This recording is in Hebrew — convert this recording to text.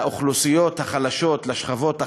לאוכלוסיות החלשות, לשכבות החלשות,